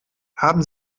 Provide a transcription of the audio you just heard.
haben